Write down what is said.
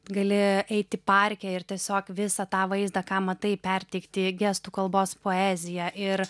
gali eiti parke ir tiesiog visą tą vaizdą ką matai perteikti gestų kalbos poezija ir